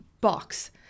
box